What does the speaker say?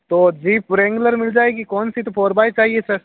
तो jeep regular मिल जाएगी कौनसी तो फोर बाई चाहिए सर